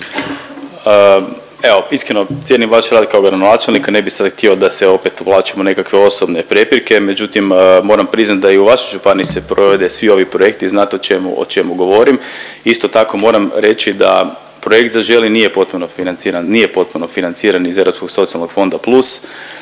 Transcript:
Evo iskreno cijenim vaš rad kao gradonačelnika ne bi sad htio da se opet uvlačim u nekakve osobne prijepirke, međutim moram priznat da i u vašoj županiji se provode svi ovi projekti. Znate o čemu, o čemu govorim. Isto tako moram reći projekt Zaželi nije potpuno financiran, nije potpuno financiran